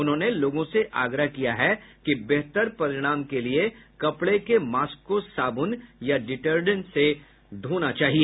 उन्होंने लोगों से आग्रह किया कि बेहतर परिणाम के लिए कपड़े के मास्क को साबुन या डिटर्जेंट से धोना चाहिए